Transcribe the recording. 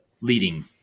leading